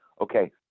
okay